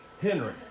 Henry